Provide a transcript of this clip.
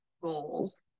goals